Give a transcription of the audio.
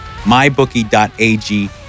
MyBookie.ag